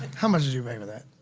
how much did you pay for that?